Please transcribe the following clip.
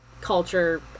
culture